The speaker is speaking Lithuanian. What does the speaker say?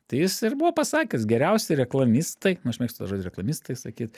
tai jis ir buvo pasakęs geriausi reklamistai nu aš mėgstu tą žodį reklamistai sakyt